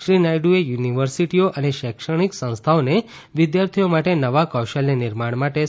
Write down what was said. શ્રી નાયડુએ યુનિવર્સિટીઓ અને શૈક્ષણિક સંસ્થાઓને વિદ્યાર્થીઓ માટે નવા કૌશલ્ય નિર્માણ માટે તા